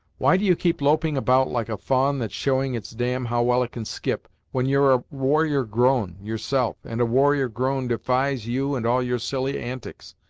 why do you keep loping about like a fa'a'n that's showing its dam how well it can skip, when you're a warrior grown, yourself, and warrior grown defies you and all your silly antiks.